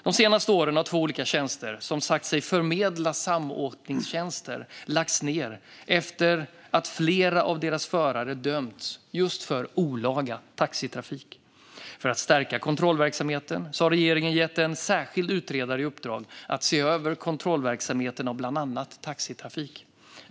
De senaste åren har två olika tjänster som sagt sig förmedla samåkningstjänster lagts ned sedan flera av deras förare dömts för olaga taxitrafik. För att stärka kontrollverksamheten har regeringen gett en särskild utredare i uppdrag att se över kontrollen av bland annat taxitrafik.